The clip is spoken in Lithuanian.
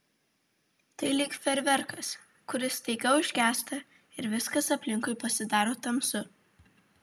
tai lyg fejerverkas kuris staiga užgęsta ir viskas aplinkui pasidaro tamsu